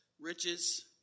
riches